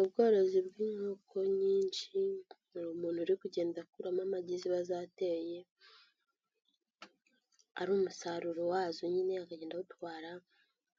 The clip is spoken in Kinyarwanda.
Ubworozi bw'inkoko nyinshi, hari umuntu uri kugenda akuramo amagi ziba zateye, ari umusaruro wazo nyine, akagenda awutwara,